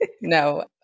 No